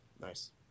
Nice